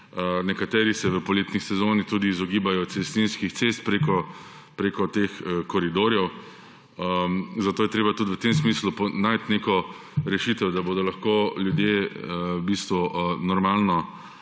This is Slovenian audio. Nekateri se v poletni sezoni tudi izogibajo cestninskih cest preko teh koridorjev. Zato je treba tudi v tem smislu najti neko rešitev, da bodo lahko ljudje normalno